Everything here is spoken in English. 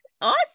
Awesome